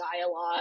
dialogue